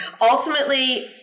Ultimately